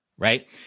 Right